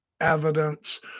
evidence